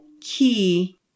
key